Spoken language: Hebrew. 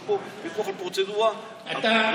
יש פה ויכוח על פרוצדורה רצינית.